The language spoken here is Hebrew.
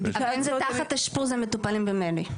האינדיקציות --- אבל אם זה תחת אשפוז הם מטופלים במר"י.